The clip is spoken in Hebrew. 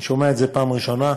אני שומע את זה בפעם הראשונה.